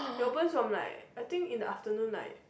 it opens from like I think in the afternoon like